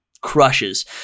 crushes